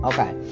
Okay